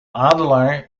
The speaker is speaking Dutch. adelaar